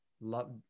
Love